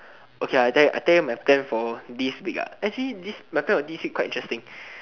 okay I tell you I tell you my plan for this week actually this my plan for this week quite interesting